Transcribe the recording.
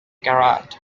gerard